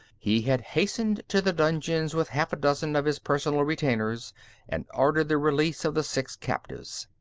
he had hastened to the dungeons with half a dozen of his personal retainers and ordered the release of the six captives.